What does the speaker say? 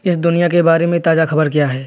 इस दुनिया के बारे में ताज़ा खबर क्या है